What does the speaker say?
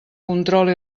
control